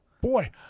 Boy